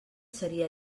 seria